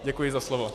Děkuji za slovo.